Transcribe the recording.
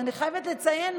אני חייבת לציין,